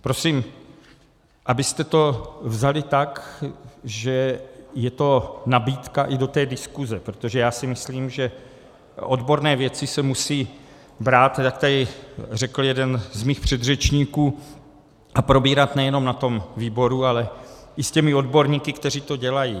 Prosím, abyste to vzali tak, že je to nabídka i do diskuze, protože já si myslím, že odborné věci se musí brát, jak tady řekl jeden z mých předřečníků, a probírat nejenom na tom výboru, ale i s těmi odborníky, kteří to dělají.